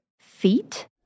Feet